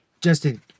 Justin